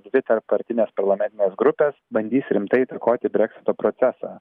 dvi tarppartinės parlamentinės grupės bandys rimtai įtakoti breksito procesą